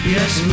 Yes